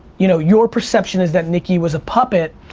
you know your perception is that nicki was a puppet.